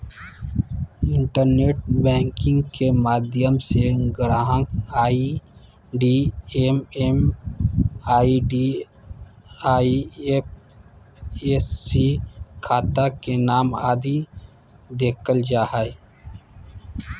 internet banking के माध्यम से ग्राहक आई.डी एम.एम.आई.डी, आई.एफ.एस.सी, शाखा के नाम आदि देखल जा हय